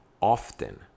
often